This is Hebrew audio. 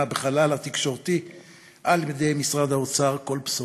בחלל התקשורתי על-ידי משרד האוצר כל בשורה,